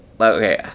okay